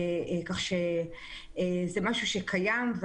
כך שזה משהו שקיים.